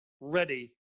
ready